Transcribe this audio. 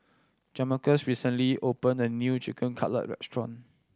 Jamarcus recently opened a new Chicken Cutlet Restaurant